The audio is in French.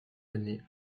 années